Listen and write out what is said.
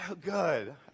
good